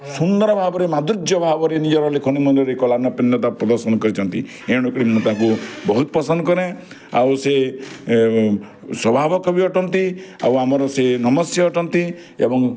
ସୁନ୍ଦର ଭାବରେ ମାଧୁର୍ଯ୍ୟ ଭାବରେ ନିଜର ଲେଖନୀ ମୁନରେ କଲାନ ପିନତା ପ୍ରଦର୍ଶନ କରିଛନ୍ତି ଏଣୁ ତାଙ୍କୁ ବହୁତ ପସନ୍ଦ କରେଁ ଆଉ ସିଏ ସ୍ଵଭାବ କବି ଅଟନ୍ତି ଆଉ ଆମର ସିଏ ନମଶ୍ୟ ଅଟନ୍ତି ଏବଂ